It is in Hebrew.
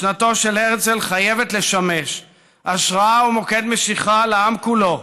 משנתו של הרצל חייבת לשמש השראה ומוקד משיכה לעם כולו,